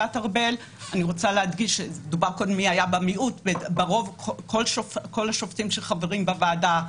אני רוצה להדגיש שכל השופטים שחברים בוועדה